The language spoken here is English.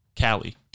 Callie